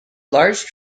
large